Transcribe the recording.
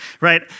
right